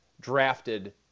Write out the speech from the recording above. drafted